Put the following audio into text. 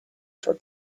for